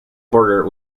border